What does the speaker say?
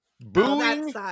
Booing